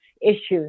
issues